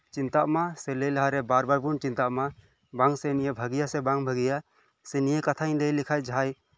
ᱪᱤᱱᱛᱟᱹᱜ ᱢᱟ ᱥᱮ ᱞᱟᱹᱭ ᱞᱟᱦᱟᱨᱮ ᱵᱟᱨ ᱵᱟᱨ ᱵᱚᱱ ᱪᱤᱱᱛᱟᱹᱜ ᱢᱟ ᱵᱟᱝᱥᱮ ᱱᱤᱭᱟᱹ ᱵᱷᱟᱜᱮᱹᱭᱟ ᱥᱮ ᱵᱟᱝ ᱵᱷᱟᱹᱜᱮᱹᱭᱟ ᱱᱤᱭᱟᱹ ᱠᱟᱛᱷᱟᱧ ᱞᱟᱹᱭ ᱞᱮᱠᱷᱟᱱ ᱡᱟᱦᱟᱸᱭ